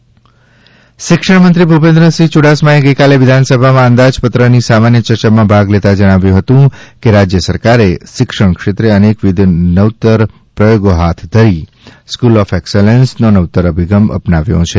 ભૂપેન્દ્રસિંહ ચૂડાસમા શિક્ષણમંત્રી ભૂપેન્દ્રસિંહ ચૂડાસમાએ ગઈકાલે વિધાનસભામાં અંદાજપત્રની સામાન્ય ચર્ચામાં ભાગ લેતા જણાવ્યું હતુ કે રાજ્ય સરકારે શિક્ષણક્ષેત્રે અનેકવિધ નવતર પ્રયોગો હાથ ધરી સ્કુલ ઑફ એકસેલન્સનો નવતર અભિગમ અપનાવ્યો છે